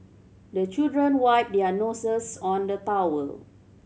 the children wipe their noses on the towel